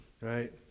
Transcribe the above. right